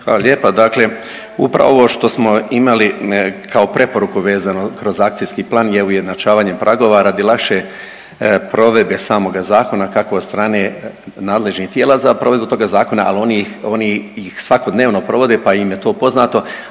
Hvala lijepa. Dakle, upravo ovo što smo imali kao preporuku vezano kroz akcijski plan je ujednačavanje pragova radi lakše provedbe samoga zakona kako od strane nadležnih tijela za provedbu toga zakona, al oni ih, oni ih svakodnevno provode, pa im je to poznato